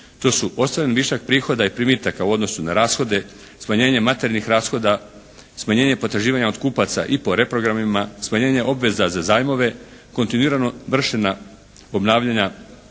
To su osnovan višak prihoda i primitaka u odnosu na rashode, smanjenje materijalnih rashoda, smanjenje potraživanja od kupaca i po reprogramima, smanjenje obveza za zajmove, kontinuirano vršena obnavljanja